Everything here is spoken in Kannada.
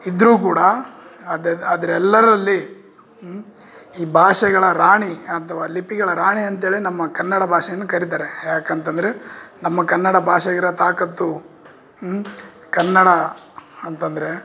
ಇದ್ರು ಕೂಡ ಅದೆಲ್ಲ ಅದೆಲ್ಲರಲ್ಲಿ ಈ ಭಾಷೆಗಳ ರಾಣಿ ಅಥವಾ ಲಿಪಿಗಳ ರಾಣಿ ಅಂತೇಳಿ ನಮ್ಮ ಕನ್ನಡ ಭಾಷೆಯನ್ನು ಕರೀತಾರೆ ಯಾಕಂತಂದರೆ ನಮ್ಮ ಕನ್ನಡ ಭಾಷೆಗಿರೋ ತಾಕತ್ತು ಕನ್ನಡ ಅಂತಂದರೆ